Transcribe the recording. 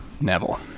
Neville